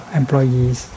employees